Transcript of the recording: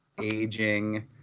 aging